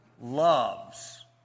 loves